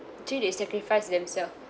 actually they sacrifice themselves